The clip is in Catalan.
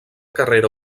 carrera